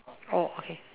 oh okay